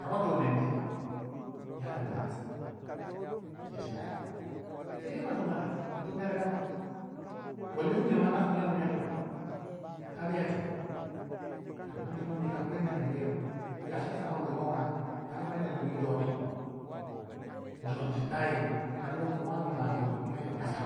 ka ba tu ner ne ya ner wu ya kas ti nyai saidai ba tu nere ba tu ner kam bolyo wu biyo ma. kas kin yo baningamman yo twiwe kaga ya teng don tono mi kankwe ner ningu yiriu yacika saman wu yoko wuna kan kwe ner ningu jondi, jondi ti dayai kannu kin wane ninga joni kaza